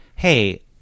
Hey